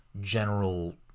general